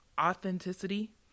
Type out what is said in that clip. authenticity